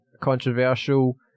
controversial